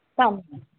ਧੰਨਵਾਦ